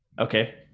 okay